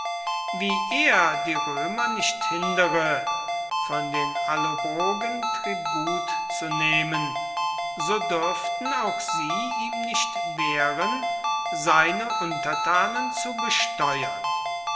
wie er die römer nicht hindere von den allobrogen tribut zu nehmen so dürften auch sie ihm nicht wehren seine untertanen zu besteuern